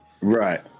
right